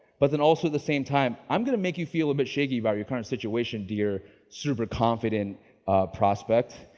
but then also at the same time, i'm gonna make you feel a bit shaky about your current situation, dear super confident prospect.